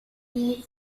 the